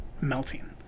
melting